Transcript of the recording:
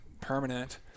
permanent